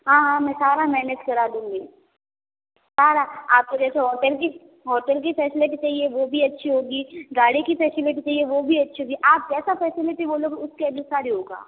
हाँ हाँ मैं सारा मैनेज करा दूँगी सारा आपको जैसा होटल की होटल की फैसिलिटी चाहिए वो भी अच्छी होगी गाड़ी कि फैसिलिटी चाहिए वो भी अच्छी होगी आप जैसा फैसिलिटी बोलोगे उसके अनुसार ही होगा